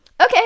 Okay